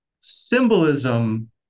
symbolism